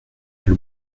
elle